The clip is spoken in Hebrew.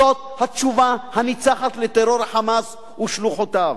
זאת התשובה הניצחת לטרור ה"חמאס" ושלוחותיו.